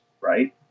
right